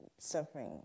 Suffering